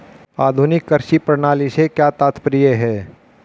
आधुनिक कृषि प्रणाली से क्या तात्पर्य है?